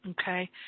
Okay